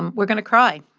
um we're going to cry.